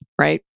Right